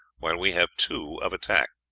while we have two of attack.